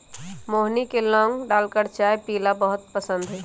मोहिनी के लौंग डालकर चाय पीयला पसंद हई